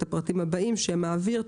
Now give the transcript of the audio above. את הבאים שם המעביר,